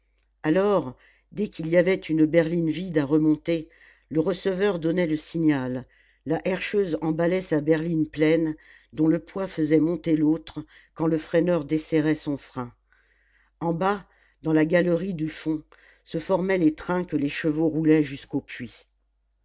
alors dès qu'il y avait une berline vide à remonter le receveur donnait le signal la herscheuse emballait sa berline pleine dont le poids faisait monter l'autre quand le freineur desserrait son frein en bas dans la galerie du fond se formaient les trains que les chevaux roulaient jusqu'au puits